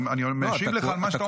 אני משיב לך על מה שאתה אומר.